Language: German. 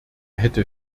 hätte